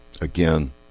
Again